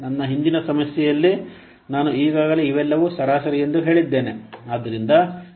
ನನ್ನ ಹಿಂದಿನ ಸಮಸ್ಯೆಯಲ್ಲಿ ನಾನು ಈಗಾಗಲೇ ಇವೆಲ್ಲವೂ ಸರಾಸರಿ ಎಂದು ಹೇಳಿದ್ದೇನೆ